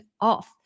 off